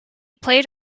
played